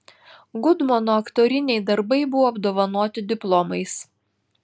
gudmono aktoriniai darbai buvo apdovanoti diplomais